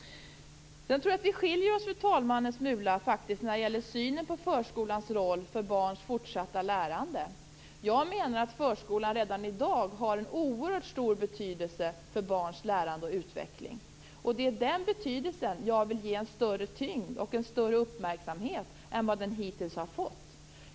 Fru talman! Jag tror faktiskt att vi skiljer oss en smula i synen på förskolans roll för barns fortsatta lärande. Jag menar att förskolan redan i dag har en oerhört stor betydelse för barns lärande och utveckling. Det är den betydelsen som jag vill ge större tyngd och uppmärksamhet än vad den hittills har fått.